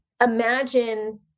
imagine